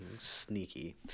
sneaky